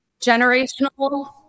Generational